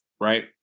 right